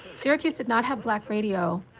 syracuse did not have black radio.